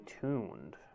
tuned